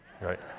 right